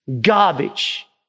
garbage